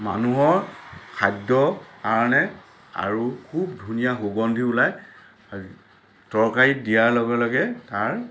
মানুহৰ খাদ্যৰ কাৰণে আৰু খুব ধুনীয়া সুগন্ধি ওলায় আৰু তৰকাৰীত দিয়াৰ লগে লগে তাৰ